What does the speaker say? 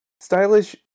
Stylish